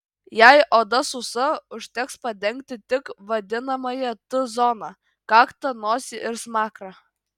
jei oda sausa užteks padengti tik vadinamąją t zoną kaktą nosį ir smakrą